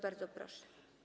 Bardzo proszę.